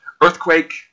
earthquake